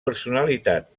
personalitat